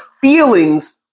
feelings